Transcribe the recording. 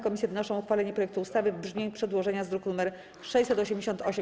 Komisje wnoszą o uchwalenie projektu ustawy w brzmieniu przedłożenia z druku nr 688.